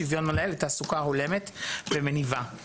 שוויון מלא לתעסוקה הולמת ומניבה.